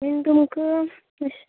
तुमक्क तश